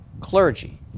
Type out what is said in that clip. clergy